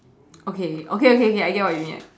okay okay okay okay I get what you mean